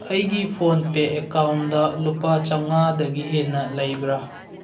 ꯑꯩꯒꯤ ꯐꯣꯟ ꯄꯦ ꯑꯦꯀꯥꯎꯟꯗ ꯂꯨꯄꯥ ꯆꯥꯝꯃꯉꯥꯗꯒꯤ ꯍꯦꯟꯅ ꯂꯩꯕ꯭ꯔꯥ